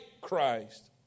Christ